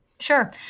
Sure